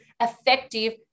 effective